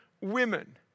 women